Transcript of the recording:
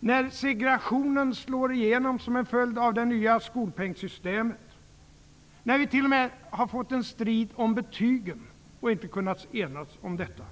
när segregationen slår igenom som en följd av det nya skolpengssystemet, när vi t.o.m. har fått en strid om betygen och inte kunnat enas om dessa.